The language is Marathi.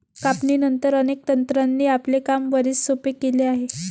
कापणीनंतर, अनेक तंत्रांनी आपले काम बरेच सोपे केले आहे